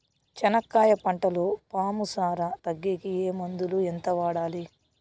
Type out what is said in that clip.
చెనక్కాయ పంటలో పాము సార తగ్గేకి ఏ మందులు? ఎంత వాడాలి?